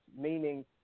meaning